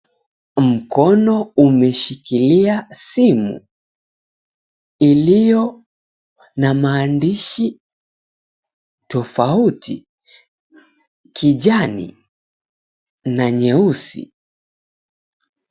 Mkono umeshikilia simu ilio na maandishi tofauti kijani na nyeusi.